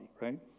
right